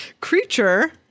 creature